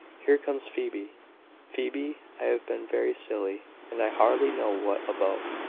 here comes phoebe phoebe, i have been very silly, and i hardly know what about,